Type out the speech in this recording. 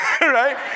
right